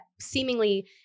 seemingly